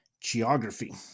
Geography